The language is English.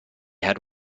had